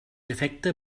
efecte